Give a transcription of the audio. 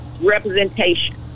representation